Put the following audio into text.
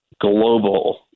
global